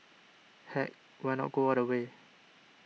heck why not go all the way